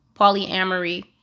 polyamory